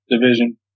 division